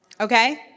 Okay